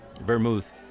vermouth